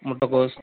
முட்டைக்கோஸ்